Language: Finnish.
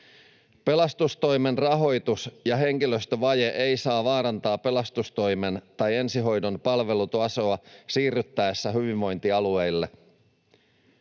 Pelastustoimen rahoitus ja henkilöstövaje eivät saa vaarantaa pelastustoimen tai ensihoidon palvelutasoa siirryttäessä hyvinvointialueille.